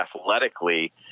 athletically